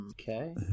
okay